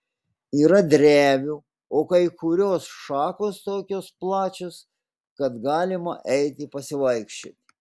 yra drevių o kai kurios šakos tokios plačios kad galima eiti pasivaikščioti